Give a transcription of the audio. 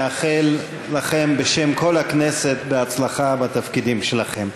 מאחל לכם, בשם כל הכנסת, הצלחה בתפקידים שלכם.